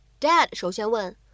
Dad首先问